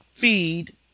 Feed